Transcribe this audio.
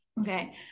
Okay